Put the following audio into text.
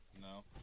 No